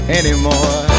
anymore